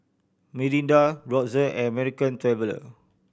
Mirinda Brotzeit and American Traveller